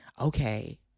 okay